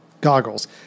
goggles